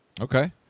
Okay